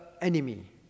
enemy